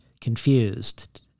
confused